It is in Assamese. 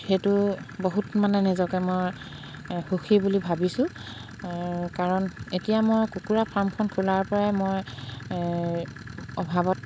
সেইটো বহুত মানে নিজকে মই সুখী বুলি ভাবিছোঁ কাৰণ এতিয়া মই কুকুৰা ফাৰ্মখন খোলাৰ পৰাই মই অভাৱত